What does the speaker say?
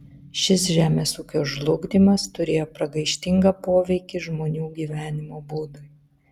šis žemės ūkio žlugdymas turėjo pragaištingą poveikį žmonių gyvenimo būdui